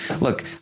Look